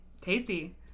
Tasty